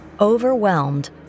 Overwhelmed